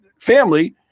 family